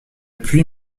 puis